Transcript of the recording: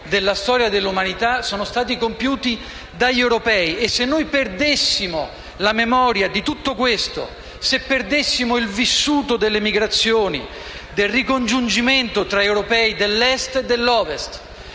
della storia dell'umanità sono stati compiuti dagli europei. E se noi perdessimo la memoria di tutto questo, se perdessimo il vissuto delle migrazioni, del ricongiungimento tra europei dell'Est e dell'Ovest,